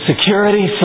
security